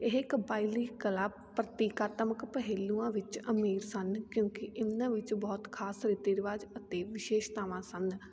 ਇਹ ਕਬਾਇਲੀ ਕਲਾ ਪ੍ਰਤੀਕਾਤਮਕ ਪਹਿਲੂਆਂ ਵਿੱਚ ਅਮੀਰ ਸਨ ਕਿਉਂਕਿ ਇਹਨਾਂ ਵਿੱਚ ਬਹੁਤ ਖਾਸ ਰੀਤੀ ਰਿਵਾਜ਼ ਅਤੇ ਵਿਸ਼ੇਸ਼ਤਾਵਾਂ ਸਨ